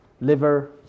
liver